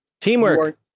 Teamwork